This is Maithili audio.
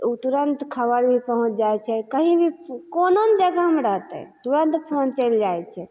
तऽ उ तुरन्त खबरि भी पहुँच जाइ छै कहीं भी कोनो जगहमे रहतइ तुरन्त फोन चलि जाइ छै